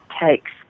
takes